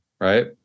right